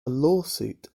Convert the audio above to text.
lawsuit